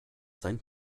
seinen